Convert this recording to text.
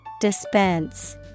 Dispense